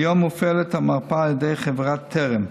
כיום מופעלת המרפאה על ידי חברת טרם.